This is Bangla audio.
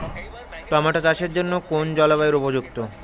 টোমাটো চাষের জন্য কোন জলবায়ু উপযুক্ত?